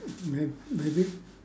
may~ maybe